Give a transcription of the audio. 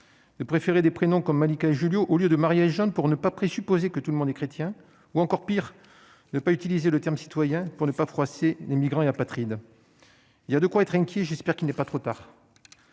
le préféré des prénoms comme Malika Julio au lieu de mariage pour ne pas présupposé que tout le monde et chrétien, ou encore pire, ne pas utiliser le terme citoyens pour ne pas froisser les migrants et apatrides, il y a de quoi être inquiet, j'espère qu'il n'est pas trop tard.